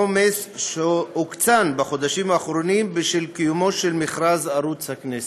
עומס שהוקצן בחודשים האחרונים בשל קיומו של מכרז ערוץ הכנסת.